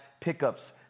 pickups